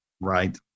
Right